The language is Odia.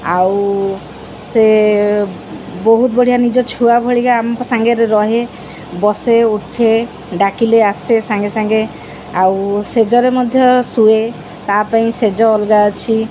ଆଉ ସେ ବହୁତ ବଢ଼ିଆ ନିଜ ଛୁଆ ଭଳିିଆ ଆମ ସାଙ୍ଗରେ ରହେ ବସେ ଉଠେ ଡାକିଲେ ଆସେ ସାଙ୍ଗେ ସାଙ୍ଗେ ଆଉ ସେଜରେ ମଧ୍ୟ ଶୁଏ ତା' ପାଇଁ ସେଜ ଅଲଗା ଅଛି